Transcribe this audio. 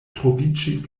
troviĝis